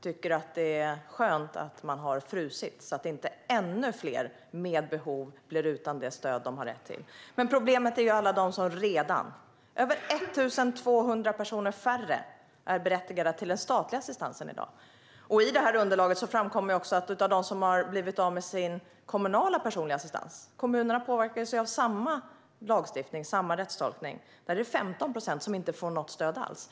tycker att det är skönt att man har frusit tvåårsomprövningarna, så att inte ännu fler med behov blir utan det stöd som de har rätt till. Men problemet är alla de som redan har blivit utan stöd. Över 1 200 personer färre är berättigade till den statliga assistansen i dag. I underlaget framkommer också att bland dem som har blivit av med sin kommunala personliga assistans - för kommunerna påverkas ju av samma lagstiftning och samma rättstolkning - är det 15 procent som inte får något stöd alls.